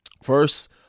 First